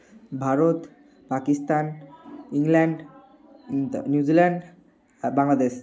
Bharat Pakistan England New Zealand Bangladesh